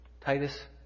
Titus